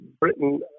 Britain